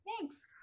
Thanks